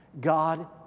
God